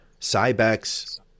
Cybex